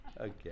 Okay